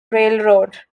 railroad